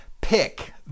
pick